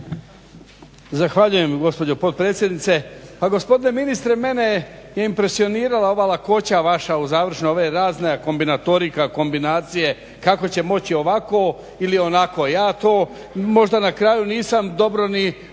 Zahvaljujem gospođo potpredsjednice.